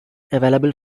available